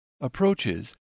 approaches